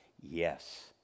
Yes